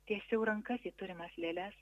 tiesiau rankas į turimas lėles